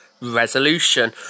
Resolution